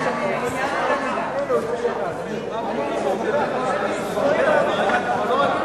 את הצעת חוק צער בעלי-חיים (ניסויים בבעלי-חיים) (תיקון,